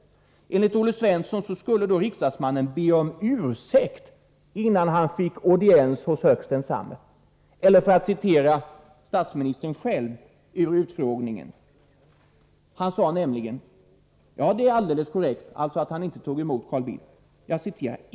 Enligt Olle Svensson skulle riksdagsmannen be statsministern om ursäkt innan han fick audiens hos högst densamme. Statsministern sade själv i utfrågningen: ”Ja, detär alldeles korrekt” — alltså att han inte tog emot Carl Bildt.